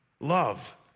Love